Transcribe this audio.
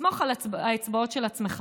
תסמוך על האצבעות של עצמך,